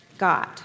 God